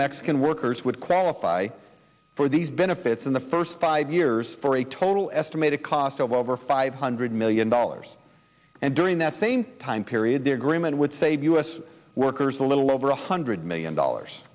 mexican workers would qualify for these benefits in the first five years for a total estimated cost of over five hundred million dollars and during that same time period the agreement would save u s workers a little over one hundred million dollars